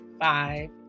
five